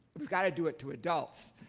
we've got to do it to adults,